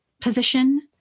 position